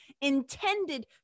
intended